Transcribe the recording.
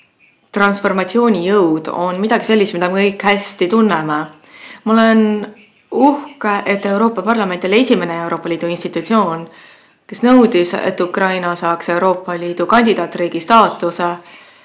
Liidu võime muutuda on midagi sellist, mida me kõik hästi tunneme. Ma olen uhke, et Euroopa Parlament oli esimene Euroopa Liidu institutsioon, kes nõudis, et Ukraina saaks Euroopa Liidu kandidaatriigi staatuse